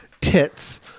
tits